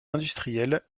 industriel